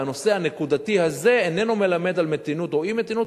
והנושא הנקודתי הזה איננו מלמד על מתינות או אי-מתינות,